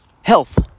health